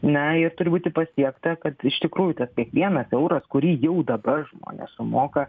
na ir turi būti pasiekta kad iš tikrųjų tas kiekvienas euras kurį jau dabar žmonės moka